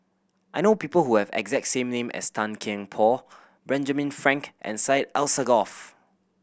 I know people who have the exact same name as Tan Kian Por Benjamin Frank and Syed Alsagoff